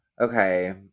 Okay